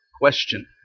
question